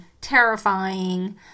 terrifying